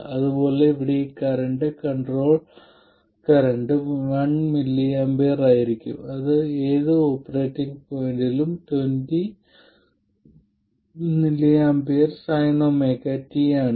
അതുപോലെ ഇവിടെ ഈ കറന്റ് കൺട്രോൾ കറന്റ് 1mA ആയിരിക്കും അത് ഓപ്പറേറ്റിംഗ് പോയിന്റിലും 20µA sinωt ആണ്